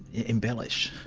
embellish.